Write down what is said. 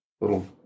little